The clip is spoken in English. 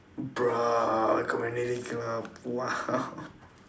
bruh community club !wow!